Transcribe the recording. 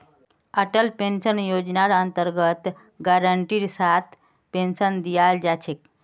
Atal pension योजनार अन्तर्गत गारंटीर साथ पेन्शन दीयाल जा छेक